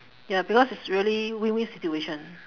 ya because it's really win win situation